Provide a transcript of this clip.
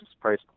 price